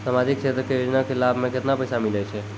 समाजिक क्षेत्र के योजना के लाभ मे केतना पैसा मिलै छै?